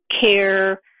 care